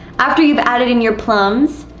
after you've added in your plums,